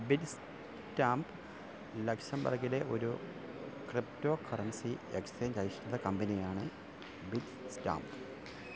bit stamp ലക്സംബർഗിലെ ഒരു cryptocurrency exchange അധിഷ്ഠിത കമ്പനിയാണ് ബിറ്റ് സ്റ്റാമ്പ്